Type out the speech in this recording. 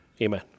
Amen